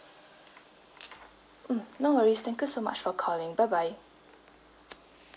mm no worries thank you so much for calling bye bye